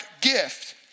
gift